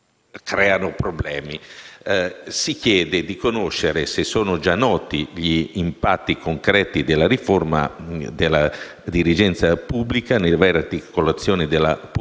creano problemi. Si chiede pertanto di conoscere se siano già noti gli impatti concreti della riforma della dirigenza pubblica nelle varie articolazioni della pubblica